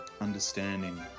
understanding